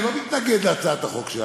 אני לא מתנגד להצעת החוק שלה,